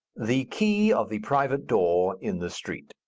the key of the private door in the street.